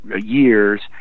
years